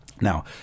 Now